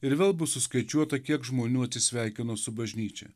ir vėl bus suskaičiuota kiek žmonių atsisveikino su bažnyčia